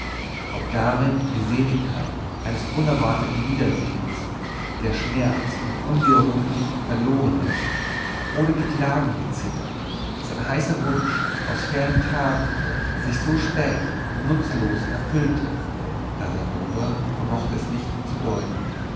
ob darin die seligkeit eines unerwarteten wiedersehens der schmerz um unwiederbringlich verlorenes oder die klage gezittert daß ein heißer wunsch aus fernen tagen sich so spät und nutzlos erfüllte casanova vermochte es nicht zu deuten